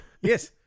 Yes